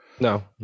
No